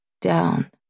down